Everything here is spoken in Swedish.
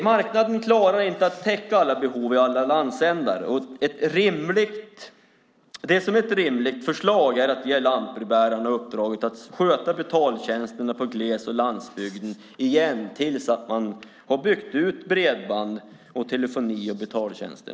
Marknaden klarar inte av att täcka alla behov i alla delar av landet. Ett rimligt förslag är att åter ge lantbrevbärarna uppdraget att sköta betaltjänsterna i gles och landbygd till dess att man byggt ut bredband, telefoni och betaltjänster.